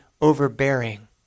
overbearing